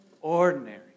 ordinary